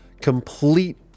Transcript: complete